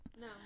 No